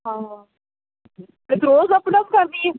ਹਾਂ ਫਿਰ ਤੂੰ ਰੋਜ਼ ਅਪ ਡਾਊਨ ਕਰਦੀ ਏਂ